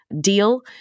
deal